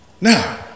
Now